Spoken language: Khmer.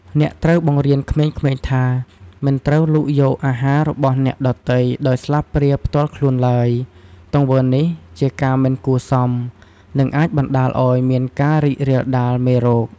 អ្នកត្រូវបង្រៀនក្មេងៗថា មិនត្រូវលូកយកអាហាររបស់អ្នកដទៃដោយស្លាបព្រាផ្ទាល់ខ្លួនឡើយ ទង្វើនេះជាការមិនគួរសម និងអាចបណ្តាលឲ្យមានការរីករាលដាលមេរោគ។